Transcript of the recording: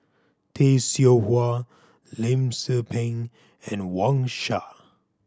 Tay Seow Huah Lim Tze Peng and Wang Sha